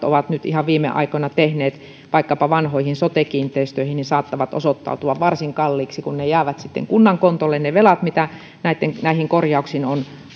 ovat nyt ihan viime aikoina tehneet vaikkapa vanhoihin sote kiinteistöihin saattavat osoittautua varsin kalliiksi kun kunnan kontolle jäävät ne velat mitä näihin korjauksiin on